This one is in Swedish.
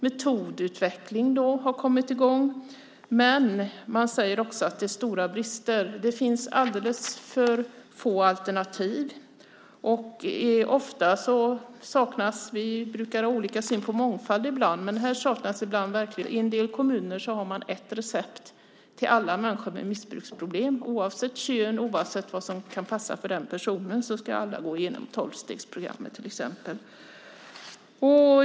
Metodutveckling har kommit i gång. Men man säger också att det finns stora brister. Det finns alldeles för få alternativ. Mångfald brukar vi ibland ha olika syn på, men här saknas verkligen mångfald. I en del kommuner har man ett recept till alla människor med missbruksproblem. Oavsett kön och oavsett vad som kan passa för den personen ska alla gå igenom tolvstegsprogrammet, till exempel.